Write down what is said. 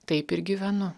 taip ir gyvenu